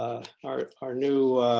our our new